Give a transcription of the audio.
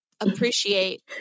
appreciate